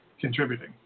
contributing